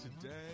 today